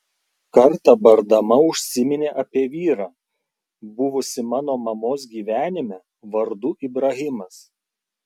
kartą bardama užsiminė apie vyrą buvusį mano mamos gyvenime vardu ibrahimas